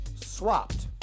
swapped